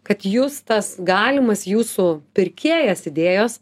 kad jus tas galimas jūsų pirkėjas idėjos